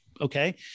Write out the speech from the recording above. Okay